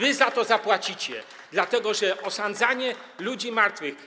I za to zapłacicie, dlatego że osądzanie ludzi martwych.